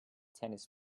tennis